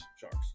Sharks